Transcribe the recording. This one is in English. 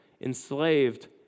enslaved